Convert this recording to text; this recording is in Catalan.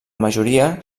majoria